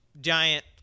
giant